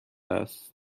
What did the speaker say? است